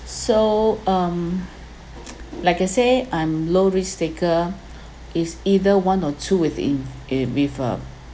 so um like I say I'm low risk taker is either one or two with in~ eh with a